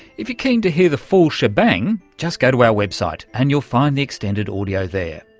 if you're keen to hear the full shebang just go to our website and you'll find the extended audio there.